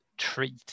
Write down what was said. treat